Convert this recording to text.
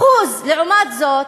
אחוז, לעומת זאת,